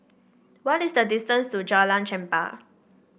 what is the distance to Jalan Chempah